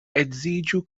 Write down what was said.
edziĝu